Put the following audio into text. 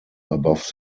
above